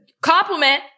compliment